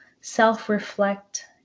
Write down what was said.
self-reflect